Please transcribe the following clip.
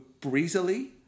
breezily